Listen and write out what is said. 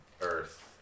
earth